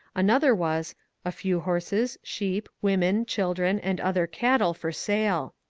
another was a few horses, sheep, women, children, and other cattle for sale.